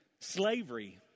slavery